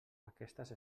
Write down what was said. aquestes